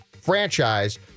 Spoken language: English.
franchise